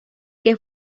que